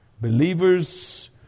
Believers